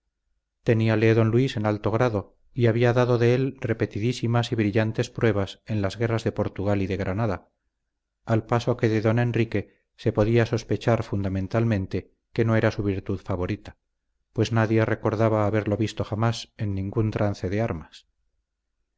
cualidades teníale don luis en alto grado y había dado de él repetidísimas y brillantes pruebas en las guerras de portugal y de granada al paso que de don enrique se podía sospechar fundamentalmente que no era su virtud favorita pues nadie recordaba haberlo visto jamás en ningún trance de armas